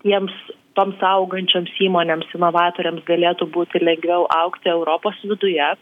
tiems toms augančioms įmonėms inovatoriams galėtų būti lengviau augti europos viduje